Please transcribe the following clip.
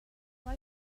why